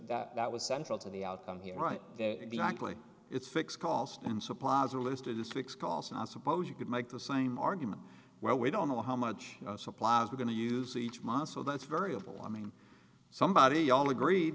that was central to the outcome here right away it's fixed cost and supplies are listed in six calls and i suppose you could make the same argument where we don't know how much supplies are going to use each month so that's variable i mean somebody all agreed